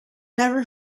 never